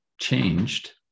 changed